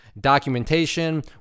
documentation